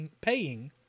paying